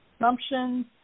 assumptions